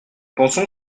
pensons